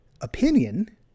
opinion